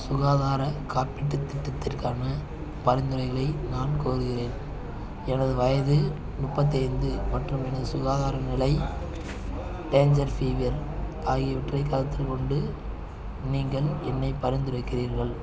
சுகாதாரக் காப்பீட்டுத் திட்டத்திற்கான பரிந்துரைகளை நான் கோருகிறேன் எனது வயது முப்பத்தைந்து மற்றும் எனது சுகாதார நிலை டேஞ்சர் ஃபீவர் ஆகியவற்றைக் கருத்தில் கொண்டு நீங்கள் என்னை பரிந்துரைக்கிறீர்கள்